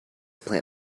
plant